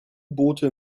boote